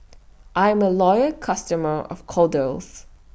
I'm A Loyal customer of Kordel's